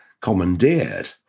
commandeered